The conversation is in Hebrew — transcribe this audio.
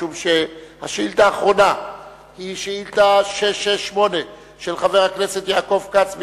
השאילתא האחרונה היא שאילתא 668 של חבר הכנסת יעקב כץ,